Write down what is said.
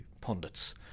pundits